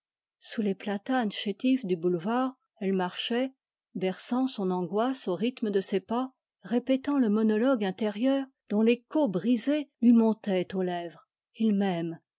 sous les arbres du boulevard elle marchait berçant son angoisse au rythme de ses pas répétant le monologue intérieur dont l'écho brisé lui montait aux lèvres il m'aime